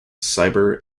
cyber